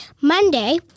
Monday